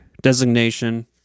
designation